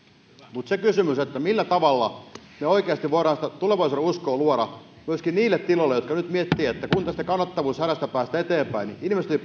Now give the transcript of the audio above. mutta kysymys on millä tavalla me oikeasti voimme sitä tulevaisuudenuskoa luoda myöskin niille tiloille joilla nyt mietitään kuinka tästä kannattavuushädästä päästään eteenpäin ilmeisesti